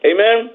Amen